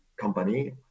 company